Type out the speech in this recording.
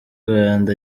rwanda